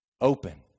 open